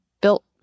built